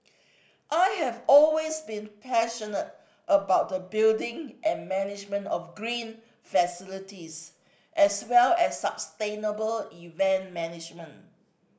I have always been passionate about the building and management of green facilities as well as sustainable event management